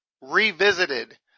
revisited